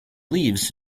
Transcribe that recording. leaves